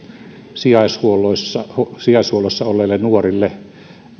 sijaishuollossa sijaishuollossa olleille nuorille